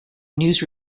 news